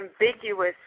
ambiguous